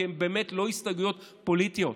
כי הן באמת לא הסתייגויות פוליטיות,